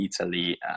italy